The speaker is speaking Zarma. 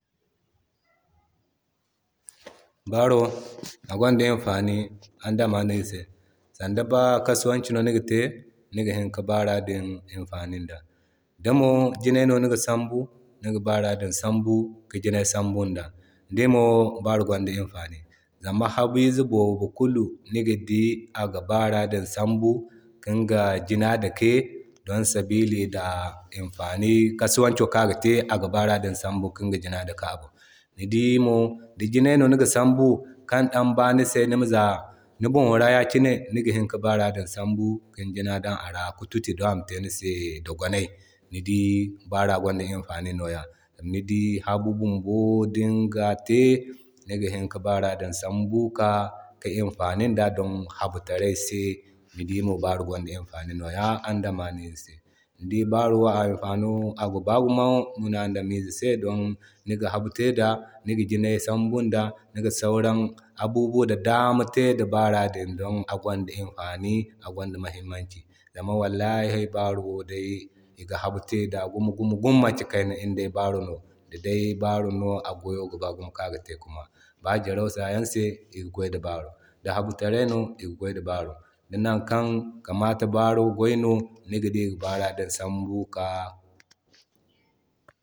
Baro agonda imfani andamayze se Sanda ba kasuwancu no niga te niga hini ka baara din imfani da. Di mo ginay no niga sambun ni ga baara din sambu ki ginay sambun da. Ni dii mo baaro gwanda imfani zama habize boobo kulu ni ga di aga baara din sambu kin ga gina dake don sabili da imfani kasuwanco kan aga te, aga baara din sambu kinga gina dake a bon. Ni dii mo da ginay no niga sambu kan dan ba nise nima zaa ni boŋ ra yakine niga hini ka baara din sambu kin gina dan a ra ki tuti don ama te ni se dogonay. Ni dii baara gwanda imfani nwa ra Ni dii habu bumbo dinga te niga hini ka baara din sambu ki kaa kin imfanin da don habu taray se. Ni dii mo baaro gwanda imfano andamayze se. Ni dii baaro wo imfano ga ba gumo munadamize se don niga habu te da niga jinay sambun da niga sauran abubuwa da dama te da baara din don agwanda imfani agwanda muhimmanci. Zama wallahi baaro wo dai iga habu te da gumo gumo maki kayna inday baaro no. Di day baaro no a gwayo ga ba gumo kan aga te ki nwa. Ba jarau se anse iga gway da baro, di habu taray no iga gway da baaro, di nan kan kamata baaro gway no niga di iga baara sambu kika.